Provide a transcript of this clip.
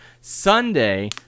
Sunday